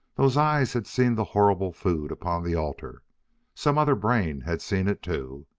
those eyes had seen the horrible food upon the altar some other brain had seen it too.